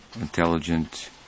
intelligent